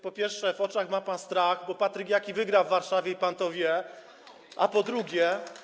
Po pierwsze, w oczach ma pan strach, bo Patryk Jaki wygra w Warszawie, i pan to wie, a po drugie.